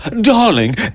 darling